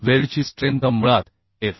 वेल्डची स्ट्रेंथ मुळात F